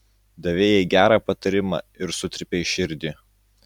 davei jai gerą patarimą ir sutrypei širdį